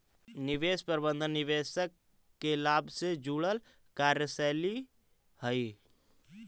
निवेश प्रबंधन निवेशक के लाभ से जुड़ल कार्यशैली हइ